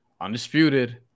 undisputed